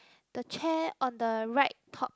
the chair on the right top